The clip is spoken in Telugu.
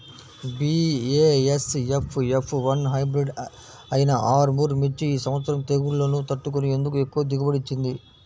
బీ.ఏ.ఎస్.ఎఫ్ ఎఫ్ వన్ హైబ్రిడ్ అయినా ఆర్ముర్ మిర్చి ఈ సంవత్సరం తెగుళ్లును తట్టుకొని ఎందుకు ఎక్కువ దిగుబడి ఇచ్చింది?